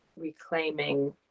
reclaiming